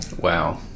wow